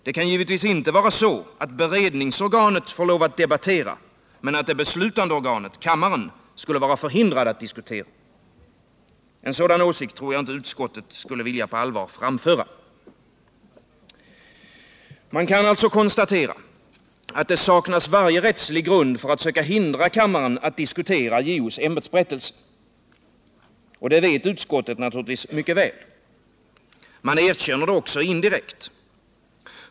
Det kan givetvis inte vara så, att beredningsorganet får lov att debattera men att det beslutande organet, kammaren, skulle vara förhindrat att diskutera. En sådan åsikt tror jag inte att utskottet på allvar skulle vilja framföra. Man kan alltså konstatera att det saknas varje rättslig grund att söka hindra kammaren att diskutera JO:s ämbetsberättelse. Och det vet utskottet naturligtvis mycket väl. Man erkänner det också indirekt.